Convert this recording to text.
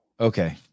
Okay